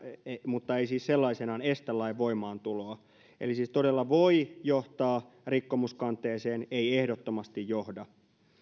mutta ei siis sellaisenaan estä lain voimaantuloa eli siis voi todella johtaa rikkomuskanteeseen ei ehdottomasti johda